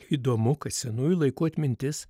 įdomu kad senųjų laikų atmintis